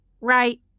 right